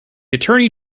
attorney